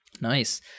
Nice